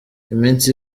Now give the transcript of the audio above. iminsi